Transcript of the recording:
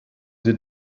sie